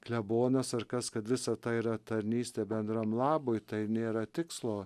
klebonas ar kas kad visa tai yra tarnystė bendram labui tai nėra tikslo